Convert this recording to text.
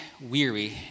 weary